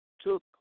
took